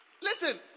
Listen